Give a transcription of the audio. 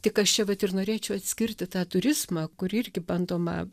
tik aš čia vat ir norėčiau atskirti tą turizmą kur irgi bandoma